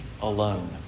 alone